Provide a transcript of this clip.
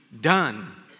done